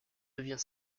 devient